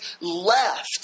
left